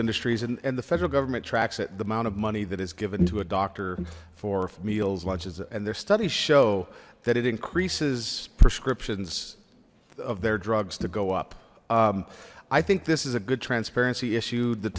industries and and the federal government tracks that the amount of money that is given to a doctor for meals lunches and their studies show that it increases prescriptions of their drugs to go up i think this is a good transparency issue the